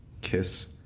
Kiss